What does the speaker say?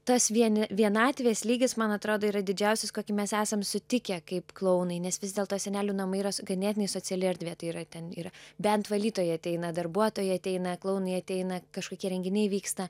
tas vieni vienatvės lygis man atrodo yra didžiausias kokį mes esam sutikę kaip klounai nes vis dėlto senelių namai yra ganėtinai sociali erdvė tai yra ten yra bent valytojai ateina darbuotojai ateina klounai ateina kažkokie renginiai vyksta